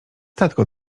tatko